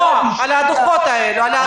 לא על הדוחות האלו, על הקרן.